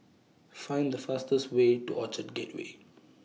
Find The fastest Way to Orchard Gateway